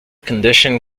condition